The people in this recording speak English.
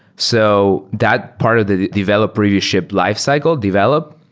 so that part of the developer you shipped lifecycle develop,